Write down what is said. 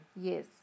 yes